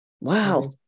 Wow